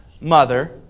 Mother